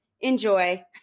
Enjoy